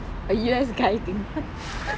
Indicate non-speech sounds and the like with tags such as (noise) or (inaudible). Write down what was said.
a U_S guy thing (laughs)